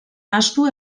ahaztu